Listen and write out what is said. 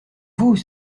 vous